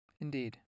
Indeed